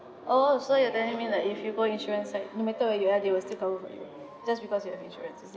oh so you're telling me like if you got insurance like no matter where you are they will still cover for you just because you have insurance is it